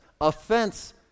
Offense